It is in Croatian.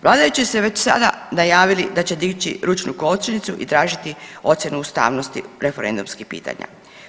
Vladajući su već sada najavili da će dići ručnu kočnicu i tražiti ocjenu ustavnosti referendumskih pitanja.